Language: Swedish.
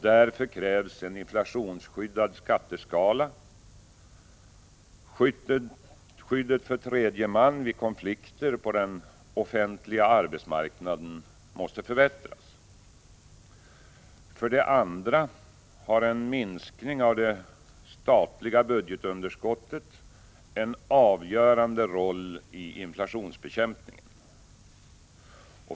Därför krävs en inflationsskyddad skatteskala. Skyddet för tredje man vid konflikter på den offentliga arbetsmarknaden måste förbättras. För det andra har en minskning av det statliga budgetunderskottet en avgörande roll i inflationsbekämpningen.